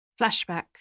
Flashback